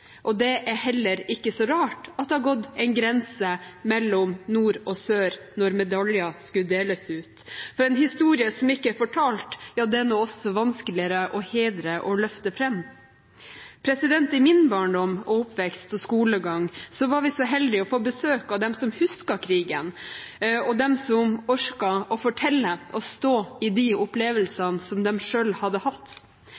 og det er heller ikke så rart at det har gått en grense mellom nord og sør når medaljer skulle deles ut, for en historie som ikke er fortalt, er også vanskeligere å hedre og løfte fram. I min barndom og oppvekst og skolegang var vi så heldige å få besøk av dem som husket krigen, og som orket å fortelle og stå i de opplevelsene som de selv hadde hatt.